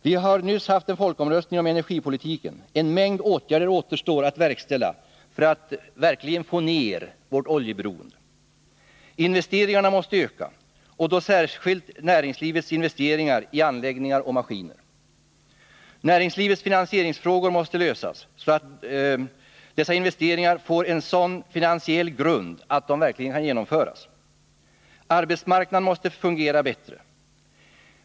Vi hade nyss en folkomröstning om energipolitiken, och en mängd åtgärder återstår att verkställa för att verkligen få ner vårt oljeberoende. Investeringarna måste öka, och då särskilt näringslivets investeringar i anläggningar och maskiner. Näringslivets finansieringsfrågor måste lösas, så att dessa investeringar får en sådan finansiell grund att de verkligen kan genomföras. Arbetsmarknaden måste fungera bättre.